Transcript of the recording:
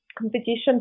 competition